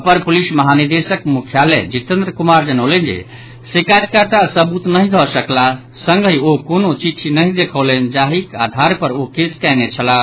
अपर police महानिदेशक मुख्यालय जितेन्द्र कुमार जनौलनि जे शिकायकर्ता सबूत नहि दऽ सकलाह संगहि ओ कोनो चिठ्टी नहि देखौलनि जाहिक आधार पर ओ केस कयने छलाह